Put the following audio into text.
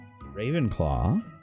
ravenclaw